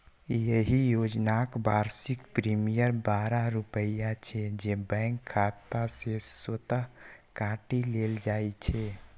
एहि योजनाक वार्षिक प्रीमियम बारह रुपैया छै, जे बैंक खाता सं स्वतः काटि लेल जाइ छै